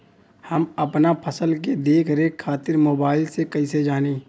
हम अपना फसल के देख रेख खातिर मोबाइल से कइसे जानी?